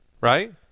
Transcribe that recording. right